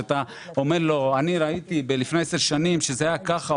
שאמרת לו: "אני ראיתי שלפני עשר שנים שזה היה כך,